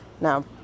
Now